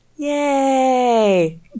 Yay